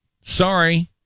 Sorry